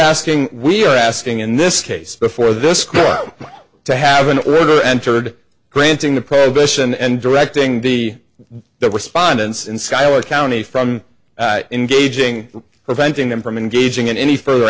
asking we're asking in this case before this crowd to have an order entered granting the probation and directing the the respondents in schuyler county from engaging preventing them from engaging in any further